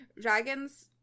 Dragons